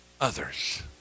others